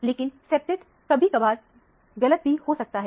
लेकिन सेप्टेट कभी कबार गलत भी हो सकता हैं